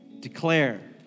Declare